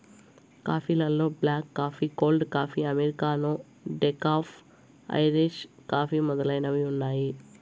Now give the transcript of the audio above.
coffee లలో black coffee, cold coffee, americano, decaf, Irish coffee మొదలైనవి ఉన్నాయి